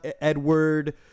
edward